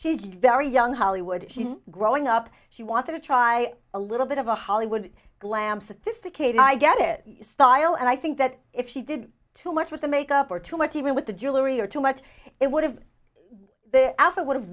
she's very young hollywood she's growing up she wants to try a little bit of a hollywood glam sophisticated i get it style and i think that if she did too much with the makeup or too much even with the jewelry or too much it would have it would have